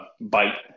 bite